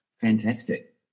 Fantastic